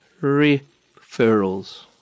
referrals